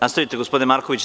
Nastavite gospodine Markoviću.